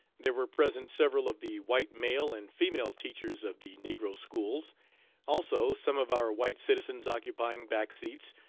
there were present several of the white male and female teachers of the negro schools also, some of our white citizens occupying back seats,